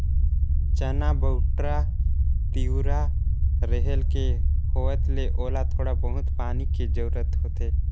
चना, बउटरा, तिंवरा, रहेर के होवत ले ओला थोड़ा बहुत पानी के जरूरत होथे